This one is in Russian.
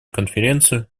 конференцию